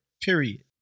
Period